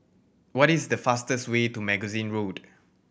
what is the fastest way to Magazine Road